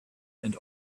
and